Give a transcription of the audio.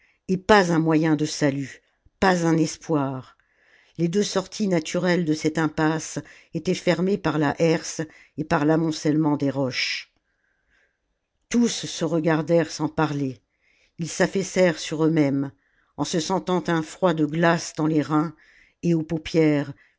et pas un moyen de salut pas un espoir les deux sorties naturelles de cette impasse étaient fermées par la herse et par l'amoncellement des roches tous se regardèrent sans parler ils s'affaissèrent sur eux-mêmes en se sentant un froid de glace dans les reins et aux paupières